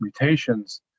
mutations